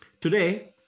Today